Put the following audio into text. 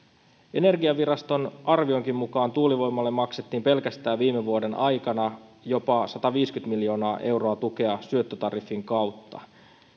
energiaviraston arvionkin mukaan tuulivoimalle maksettiin pelkästään viime vuoden aikana jopa sataviisikymmentä miljoonaa euroa tukea syöttötariffin kautta